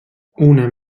una